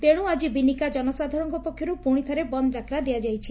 ତେଶୁ ଆଜି ବିନିକା ଜନସାଧାରଣଙ୍କ ପକ୍ଷରୁ ପୁଣି ଥରେ ବନ୍ଦ୍ ଡାକରା ଦିଆଯାଇଛି